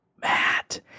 Matt